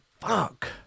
Fuck